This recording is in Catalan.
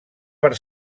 per